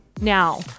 Now